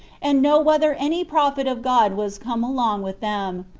and know whether any prophet of god was come along with them,